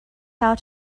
how